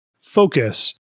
focus